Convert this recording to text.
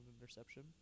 interception